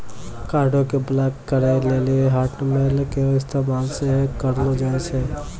कार्डो के ब्लाक करे लेली हाटमेल के इस्तेमाल सेहो करलो जाय छै